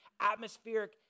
atmospheric